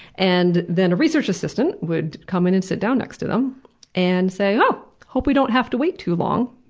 and then a research assistant would come in and sit down next to them and say, oh, hope we don't have to wait too long.